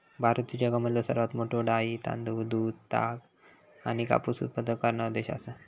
भारत ह्यो जगामधलो सर्वात मोठा डाळी, तांदूळ, दूध, ताग आणि कापूस उत्पादक करणारो देश आसा